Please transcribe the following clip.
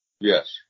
Yes